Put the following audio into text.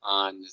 on